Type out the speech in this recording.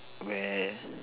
where